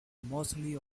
mostly